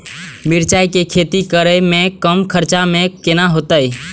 मिरचाय के खेती करे में कम खर्चा में केना होते?